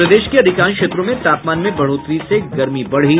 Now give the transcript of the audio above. और प्रदेश के अधिकांश क्षेत्रों में तापमान में बढ़ोतरी से गर्मी बढ़ी